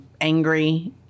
angry